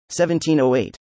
1708